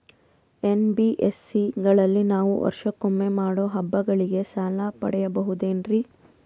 NBSC ಗಳಲ್ಲಿ ನಾವು ವರ್ಷಕೊಮ್ಮೆ ಮಾಡೋ ಹಬ್ಬಗಳಿಗೆ ಸಾಲ ಪಡೆಯಬಹುದೇನ್ರಿ?